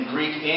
Greek